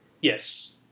Yes